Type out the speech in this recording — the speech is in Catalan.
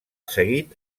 seguit